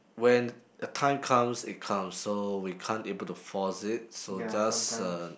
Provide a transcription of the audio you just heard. when the time comes it comes so we can't able to force it so just uh